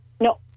No